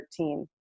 13